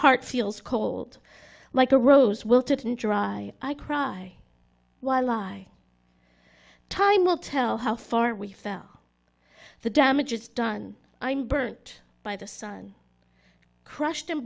heart feels cold like a rose wilted and dry i cry why lie time will tell how far we fell the damage is done i'm burnt by the sun crushed and